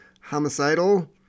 homicidal